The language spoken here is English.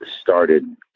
started